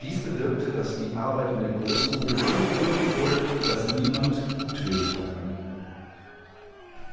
dies bewirkte daß die arbeit in der großen grube so gefürchtet wurde daß niemand gutwillig daran ging